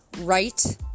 right